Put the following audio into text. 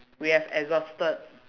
we have exhausted